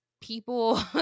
people